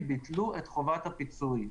ביטלו את חובת הפיצוי.